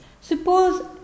Suppose